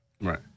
Right